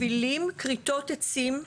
מובילים כריתות עצים,